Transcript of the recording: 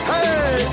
Hey